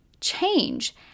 change